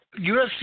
UFC